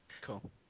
Cool